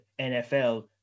NFL